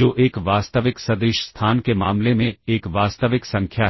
जो एक वास्तविक सदिश स्थान के मामले में एक वास्तविक संख्या है